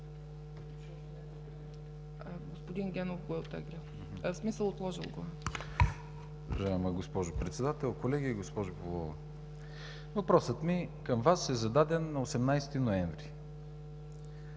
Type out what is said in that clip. въпросът ми към Вас е зададен на 18 ноември.